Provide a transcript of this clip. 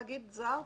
תאגיד זר,